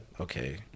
okay